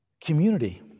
community